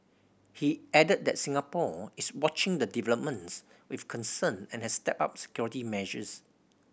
he added that Singapore is watching the developments with concern and has stepped up security measures